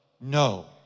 no